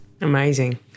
Amazing